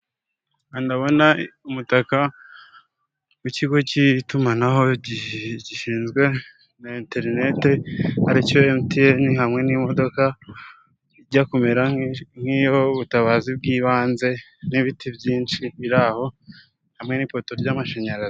Hano ndabona umutaka w'ikigo cy'itumanaho gishinzwe na interineti aricyo emutiyeni, hamwe n'imodoka ijya kumera nk'iy'ubutabazi bw'ibanze n'ibiti byinshi biri aho hamwe n'ipoto ry'amashanyarazi.